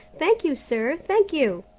thank you, sir, thank you,